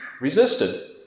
resisted